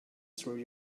through